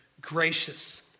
gracious